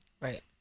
Right